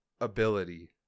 ability